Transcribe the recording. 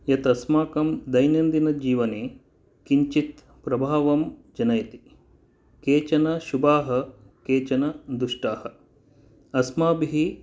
यत् अस्माकं दैनन्दिनजीवने किञ्चित् प्रभावं जनयति केचन शुभाः केचन दुष्टाः अस्माभिः